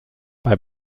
bei